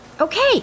Okay